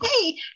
hey